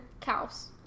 cows